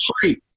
free